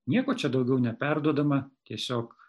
nieko čia daugiau neperduodama tiesiog